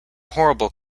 horrible